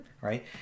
right